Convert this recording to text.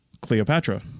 Cleopatra